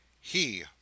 He